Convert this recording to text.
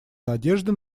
надежды